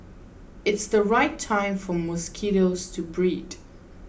it's the right time for mosquitoes to breed